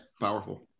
powerful